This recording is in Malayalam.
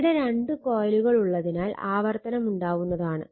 ഇവിടെ രണ്ട് കോയിലുകളുള്ളതിനാൽ ആവർത്തനം ഉണ്ടാകുന്നതാണ്